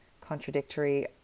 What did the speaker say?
Contradictory